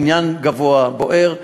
בניין גבוה בוער,